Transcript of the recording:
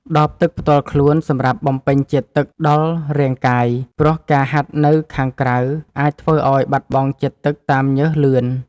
ដបទឹកផ្ទាល់ខ្លួនសម្រាប់បំពេញជាតិទឹកដល់រាងកាយ ព្រោះការហាត់នៅខាងក្រៅអាចធ្វើឱ្យបាត់បង់ជាតិទឹកតាមញើសលឿន។